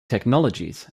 technologies